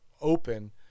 open